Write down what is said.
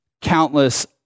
countless